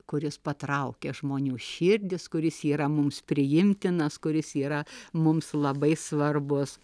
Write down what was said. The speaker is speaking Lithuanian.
kuris patraukia žmonių širdis kuris yra mums priimtinas kuris yra mums labai svarbus